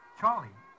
Charlie